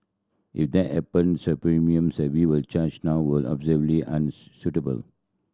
if that happen the premiums that we charge now will obviously